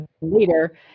leader